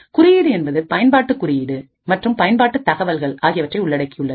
குறியீடு என்பது பயன்பாட்டு குறியீடு மற்றும் பயன்பாட்டு தகவல்கள்ஆகியவற்றை உள்ளடக்கியுள்ளது